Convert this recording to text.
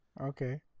Okay